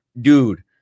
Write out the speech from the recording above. Dude